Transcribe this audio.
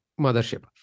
mothership